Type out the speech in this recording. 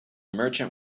merchant